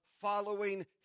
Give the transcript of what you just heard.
following